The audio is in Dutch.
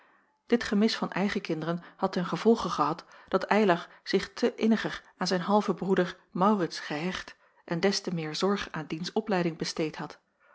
dit gemis van eigen kinderen had ten gevolge gehad dat eylar zich te inniger aan zijn halven broeder maurits gehecht en des te meer zorg aan diens opleiding besteed had